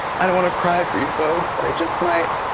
i don't wanna cry for you vogue but i just might.